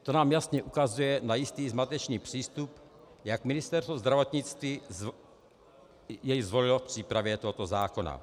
To nám jasně ukazuje na jistý zmatečný přístup, jaký Ministerstvo zdravotnictví zvolilo k přípravě tohoto zákona.